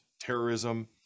terrorism